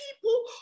people